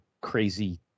crazy